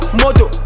moto